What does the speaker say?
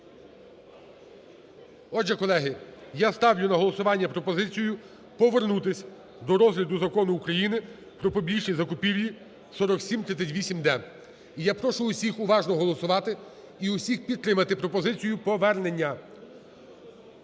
Отже, колеги, я ставлю на голосування пропозицію повернутись до розгляду Закону України "Про публічні закупівлі" (4738-д). І я прошу всіх уважно голосувати і всіх підтримати пропозицію повернення.